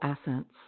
essence